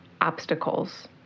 obstacles